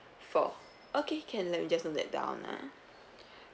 fall okay can let me just note that down ah